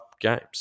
games